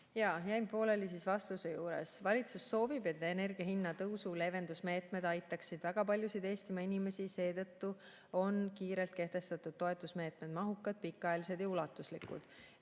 jäin pooleli vastuse juures. Valitsus soovib, et energia hinna tõusu leevendamise meetmed aitaksid väga paljusid Eestimaa inimesi. Seetõttu on kiirelt kehtestatud toetusmeetmed mahukad, pikaajalised ja ulatuslikud.